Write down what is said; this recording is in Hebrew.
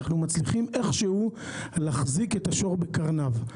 אנחנו מצליחים איכשהו להחזיק את השור בקרניו.